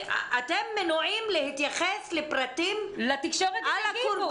אתם מנועים להתייחס לפרטים על הקורבן -- לתקשורת הם הפיצו.